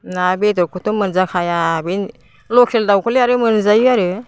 ना बेदरखौथ' मोनजाखाया बे लकेल दाउखौलाय आरो मोनजायो आरो